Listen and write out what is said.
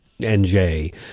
NJ